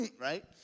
right